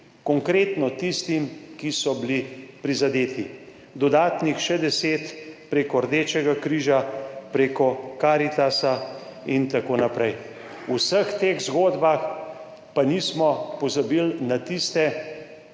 konkretno tistim, ki so bili prizadeti. Še dodatnih 10 prek Rdečega križa, prek Karitasa in tako naprej. V vseh teh zgodbah pa nismo pozabili na tiste,